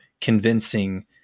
convincing